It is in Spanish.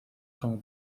como